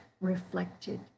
reflected